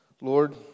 Lord